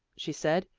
she said.